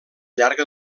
llarga